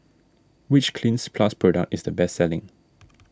which Cleanz Plus product is the best selling